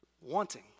wanting